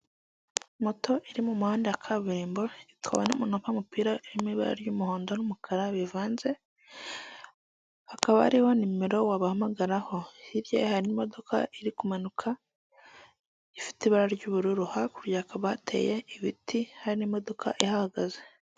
Moto iri mu muhanda wa kaburimbo itwawe n'umuntu wambaye umupira urimo ibara ry'umuhondo n'umukara bivanze, hakaba hariho nimero wabahamagaraho, hirya hari imodoka iri kumanuka ifite ibara ry'ubururu, hakurya hakaba hateye ibiti hari imodoka ihahagaze.